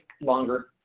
longer